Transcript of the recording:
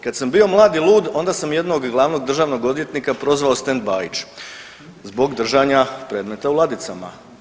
Kad sam bio mlad i lud onda sam jednog Glavnog državnog odvjetnika prozvao stand Bajić, zbog držanja predmeta u ladicama.